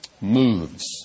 moves